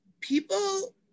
people